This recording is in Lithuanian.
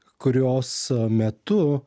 kurios metu